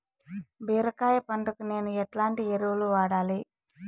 బీరకాయ పంటకు నేను ఎట్లాంటి ఎరువులు వాడాలి?